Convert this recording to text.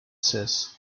says